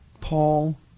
Paul